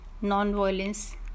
non-violence